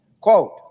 quote